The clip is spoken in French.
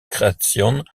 créations